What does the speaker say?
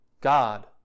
God